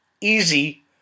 easy